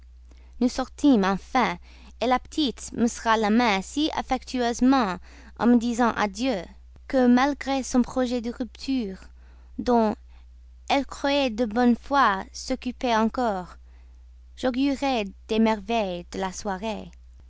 nous sortîmes enfin la petite me serra la main si affectueusement en me disant adieu que malgré son projet de rupture dont elle croyait de bonne foi s'occuper encore j'augurai des merveilles de la soirée